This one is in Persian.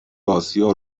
آسیا